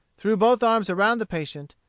threw both arms around the patient,